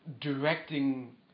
directing